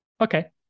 Okay